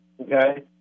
okay